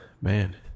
man